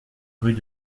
rue